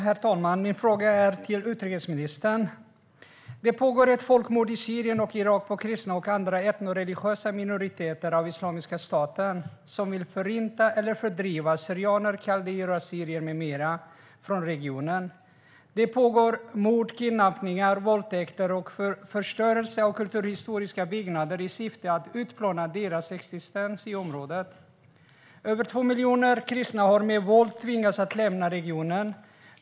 Herr talman! Min fråga är till utrikesministern. Det pågår ett folkmord i Syrien och Irak på kristna och andra etnoreligiösa minoriteter av Islamiska staten, som vill förinta eller fördriva syrianer, kaldéer, assyrier med flera från regionen. Det pågår mord, kidnappningar, våldtäkter och förstörelse av kulturhistoriska byggnader i syfte att utplåna dessa minoriteters existens i området. Över 2 miljoner kristna har med våld tvingats lämna regionen.